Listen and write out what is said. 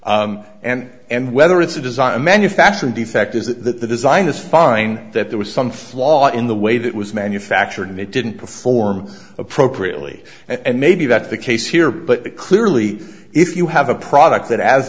and and whether it's a design a manufacturing defect is that the design is fine that there was some flaw in the way that was manufactured and it didn't perform appropriately and maybe that's the case here but clearly if you have a product that a